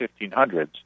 1500s